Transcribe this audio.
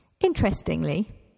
Interestingly